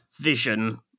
vision